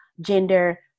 gender